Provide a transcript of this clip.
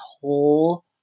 whole